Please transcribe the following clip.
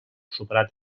superat